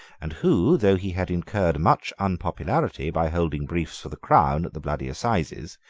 and who, though he had incurred much unpopularity by holding briefs for the crown at the bloody assizes,